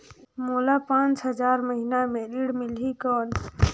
मोला पांच हजार महीना पे ऋण मिलही कौन?